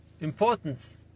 importance